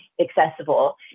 accessible